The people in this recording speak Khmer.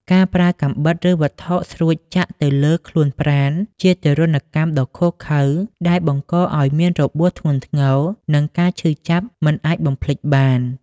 ការប្រើកាំបិតឬវត្ថុស្រួចចាក់ទៅលើខ្លួនប្រាណជាទារុណកម្មដ៏ឃោរឃៅដែលបង្កឱ្យមានរបួសធ្ងន់ធ្ងរនិងការឈឺចាប់មិនអាចបំភ្លេចបាន។